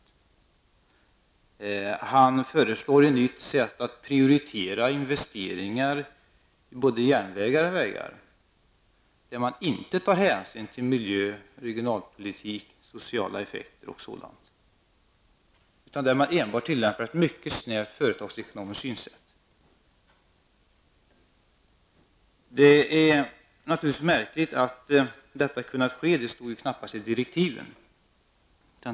Tony Hagström föreslår ett nytt sätt att prioritera investeringar i både järnvägar och vägar, där man inte tar hänsyn till miljö, regionalpolitik, sociala effekter, osv., utan där man enbart tillämpar ett mycket snävt företagsekonomiskt synsätt. Det är naturligtvis märkligt att detta har kunnat ske; det stod knappast i direktiven.